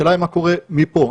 השאלה מה קורה מפה.